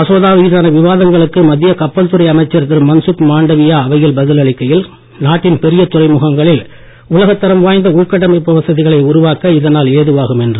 மசோதா மீதான விவாதங்களுக்கு மத்திய கப்பல் துறை அமைச்சர் திரு மன்சுக் மாண்டவியா அவையில் பதில் அளிக்கையில் நாட்டின் பெரிய துறைமுகங்களில் உலகத் தரம் வாய்ந்த உள்கட்டமைப்பு வசதிகளை உருவாக்க இதனால் ஏதுவாகும் என்றார்